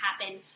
happen